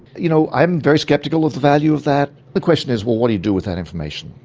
you know, i am very sceptical of the value of that. the question is, well, what do you do with that information?